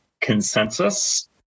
consensus